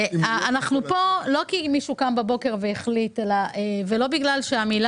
אנחנו פה לא כי מישהו קם בבוקר והחליט ולא בגלל שהמילים